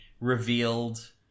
revealed